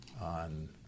on